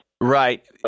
Right